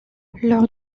lors